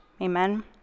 Amen